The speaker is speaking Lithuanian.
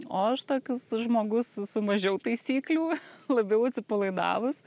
o aš toks žmogus su su mažiau taisyklių labiau atsipalaidavus